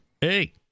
Hey